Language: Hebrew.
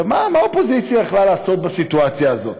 עכשיו, מה האופוזיציה יכלה לעשות בסיטואציה הזאת?